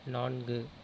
நான்கு